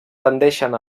tendeixen